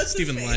Stephen